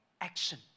action